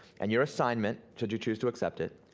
and your assignment, should you choose to accept it,